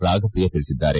ರಾಗಪ್ರಿಯಾ ತಿಳಿಸಿದ್ದಾರೆ